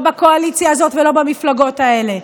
לא בקואליציה הזאת ולא במפלגות האלה.